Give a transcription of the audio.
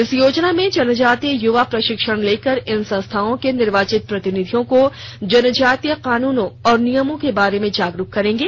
इस योजना में जनजातीय युवा प्रशिक्षण लेकर इन संस्थाओं के निर्वाचित प्रतिनिधियों को जनजातीय कानूनों और नियमों के बारे में जागरूक करेंगे